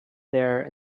there